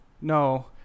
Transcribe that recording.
No